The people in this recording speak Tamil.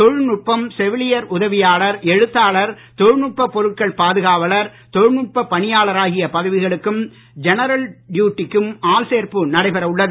தொழில்நுட்பம் செவிலியர் உதவியாளர் எழுத்தாளர் தொழில்நுட்ப பொருட்கள் பாதுகாவலர் தொழில்நுட்ப பணியாளர் ஆகிய பதவிகளுக்கும் ஜெனரல் டியூட்டி க்கும் ஆள்சேர்ப்பு நடைபெற உள்ளது